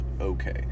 okay